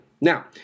Now